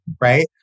right